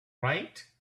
right